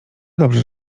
dobrze